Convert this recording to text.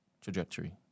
trajectory